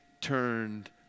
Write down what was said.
turned